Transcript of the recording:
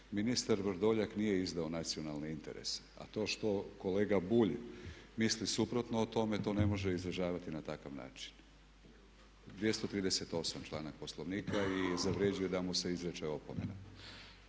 Ministar Vrdoljak nije izdao nacionalni interes a to što kolega Bulj misli suprotno o tome ne može izražavati na takav način, 238 članak Poslovnika i zavređuje da mu se izreče opomena.